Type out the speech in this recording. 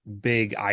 big